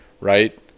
right